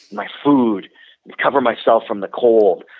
my food, to cover myself from the cold.